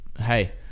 hey